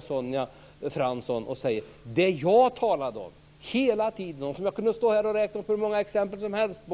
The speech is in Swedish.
Sonja Fransson, det som jag talade om hela tiden - och jag skulle kunna räkna upp hur många exempel som helst -